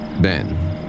Ben